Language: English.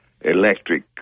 electric